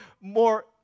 more